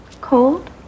Cold